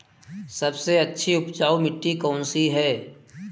सबसे अच्छी उपजाऊ मिट्टी कौन सी है?